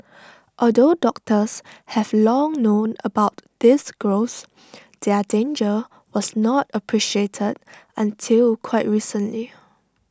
although doctors have long known about these growths their danger was not appreciated until quite recently